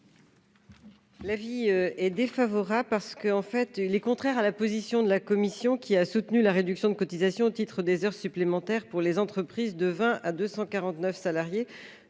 L'avis est défavorable parce que en fait il est contraire à la position de la commission qui a soutenu la réduction de cotisations au titre des heures supplémentaires pour les entreprises de 20 à 249 salariés